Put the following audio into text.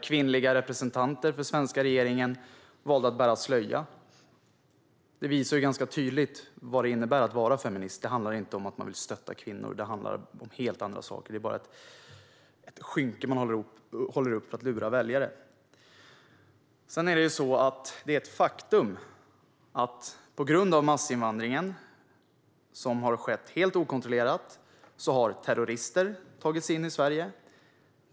Kvinnliga representanter för regeringen valde då att bära slöja. Det visar ganska tydligt vad det innebär att vara feminist - det handlar inte om att man vill stötta kvinnor, utan det handlar om helt andra saker. Det är bara ett skynke man håller upp för att lura väljare. Sedan är följande ett faktum: På grund av massinvandringen, som har skett helt okontrollerat, har terrorister tagit sig in i Sverige.